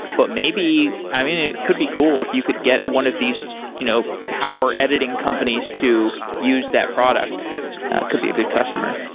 but maybe i mean, it could be cool if you could get one of these you know power editing companies to use that product. it could be a good customer.